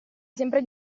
sempre